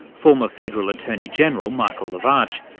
former federal attorney-general, michael lavarch,